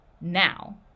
now